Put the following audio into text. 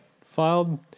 Filed